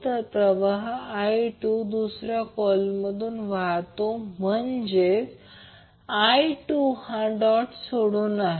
तर प्रवाह i2 दुसऱ्या कॉइल मधून वाहतो म्हणजेच i2 हा डॉट सोडून आहे